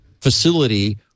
facility